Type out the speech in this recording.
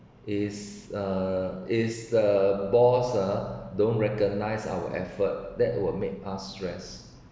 is uh is the boss ah don't recognise our effort that would make us stress